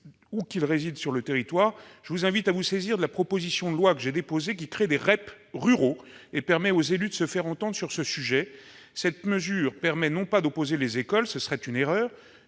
où qu'ils résident sur le territoire, je vous invite à vous saisir de la proposition de loi que j'ai déposée, qui crée des « REP ruraux » et permet aux élus de se faire entendre sur ce sujet. Cette mesure vise non pas à opposer les écoles, ce qui serait une erreur,